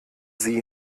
sie